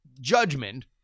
judgment